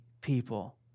people